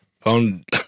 found